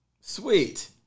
Sweet